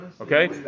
Okay